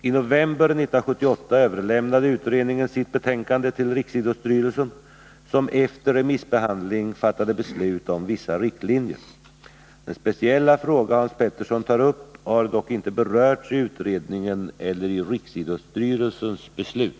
I november 1978 överlämnade utredningen sitt betänkande till riksidrottsstyrelsen, som efter remissbehandling fattade beslut om vissa riktlinjer. Den speciella fråga Hans Petersson tar upp har dock inte berörts i utredningen eller i riksidrottsstyrelsens beslut.